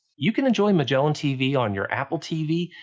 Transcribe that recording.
you can enjoy magellantv on your apple tv,